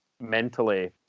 mentally